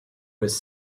was